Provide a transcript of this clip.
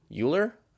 Euler